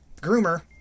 groomer